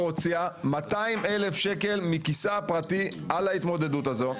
הוציאה 200,000 שקל מכיסה הפרטי על ההתמודדות הזו.